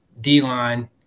D-line